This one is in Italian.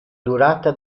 durata